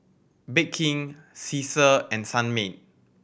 Bake King Cesar and Sunmaid